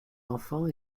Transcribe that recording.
enfants